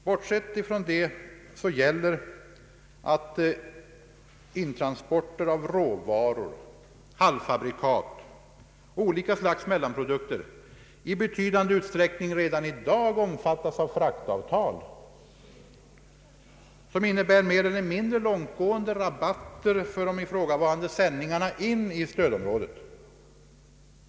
Bortsett från det gäller att intransporter av råvaror, halvfabrikat och olika slags mellanprodukter i betydande utsträckning redan i dag omfattas av fraktavtal som innebär mer eller mindre långtgående rabatter för dessa sändningar.